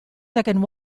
second